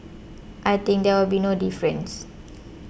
I think there will be no difference